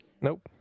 Nope